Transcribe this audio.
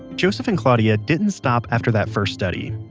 joseph and claudia didn't stop after that first study.